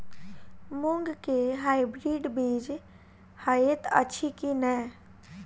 मूँग केँ हाइब्रिड बीज हएत अछि की नै?